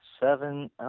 seven